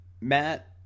Matt